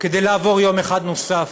כדי לעבור יום אחד נוסף.